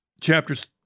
chapters